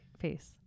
face